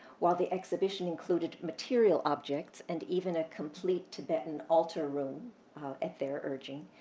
while the exhibition included material objects and even a complete tibetan altar room at their urging,